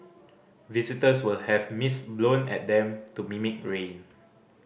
visitors will have mist blown at them to mimic rain